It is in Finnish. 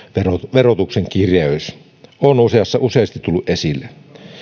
verotuksen kireys on useasti tullut esille